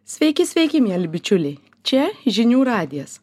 sveiki sveiki mieli bičiuliai čia žinių radijas